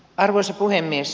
arvoisa puhemies